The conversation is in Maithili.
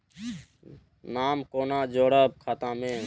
नाम कोना जोरब खाता मे